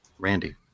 Randy